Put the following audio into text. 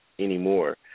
Anymore